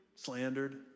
slandered